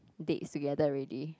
dates together already